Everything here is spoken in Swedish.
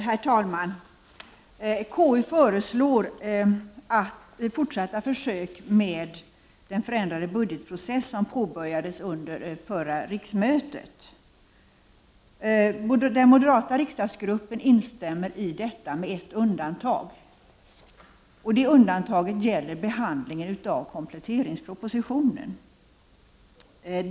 Herr talman! Konstitutionsutskottet föreslår fortsatta försök med den förändrade budgetprocess som påbörjades under förra riksmötet. Den moderata riksdagsgruppen instämmer i detta med ett undantag, och det undantaget gäller behandlingen av kompletteringspropositionen.